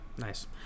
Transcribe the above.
Nice